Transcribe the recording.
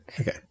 Okay